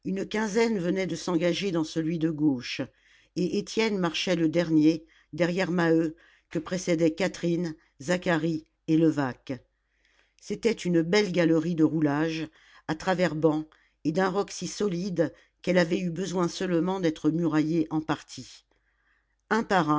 une quinzaine venaient de s'engager dans celui de gauche et étienne marchait le dernier derrière maheu que précédaient catherine zacharie et levaque c'était une belle galerie de roulage à travers banc et d'un roc si solide qu'elle avait eu besoin seulement d'être muraillée en partie